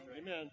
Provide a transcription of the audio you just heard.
Amen